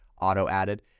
auto-added